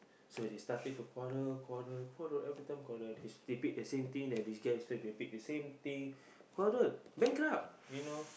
so they started to quarrel quarrel quarrel every time quarrel they repeat the same thing they that these guys repeat the same thing quarrel bankrupt you know